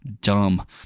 dumb